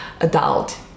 adult